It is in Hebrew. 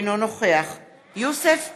אינו נוכח יוסף ג'בארין,